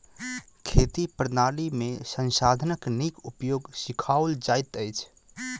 खेती प्रणाली में संसाधनक नीक उपयोग सिखाओल जाइत अछि